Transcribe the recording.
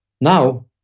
now